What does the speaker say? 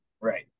right